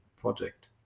project